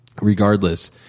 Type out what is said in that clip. regardless